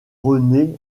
rené